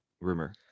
rumor